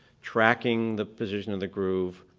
tracking the position of the groove,